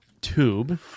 Tube